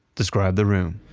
describe the room